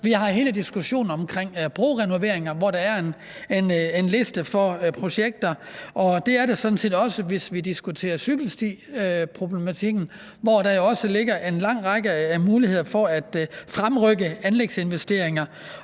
vi har hele diskussionen om brorenoveringer, hvor der er en liste over projekter. Det er der også i forbindelse med cykelstiproblematikken, hvor der også ligger en lang række muligheder for at fremrykke anlægsinvesteringer.